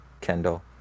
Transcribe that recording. Kendall